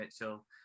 Mitchell